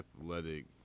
athletic